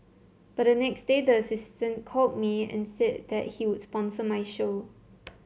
but the next day the assistant called me and said that he would sponsor my show